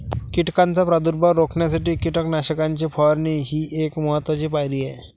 कीटकांचा प्रादुर्भाव रोखण्यासाठी कीटकनाशकांची फवारणी ही एक महत्त्वाची पायरी आहे